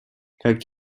как